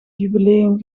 jubileum